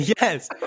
yes